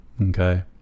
Okay